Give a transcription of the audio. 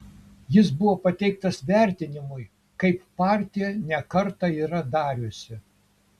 jis buvo pateiktas vertinimui kaip partija ne kartą yra dariusi